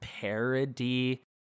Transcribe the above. parody